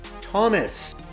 Thomas